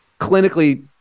clinically